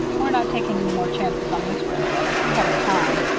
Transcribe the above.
we're not taking any more chances on this railroad. we haven't time.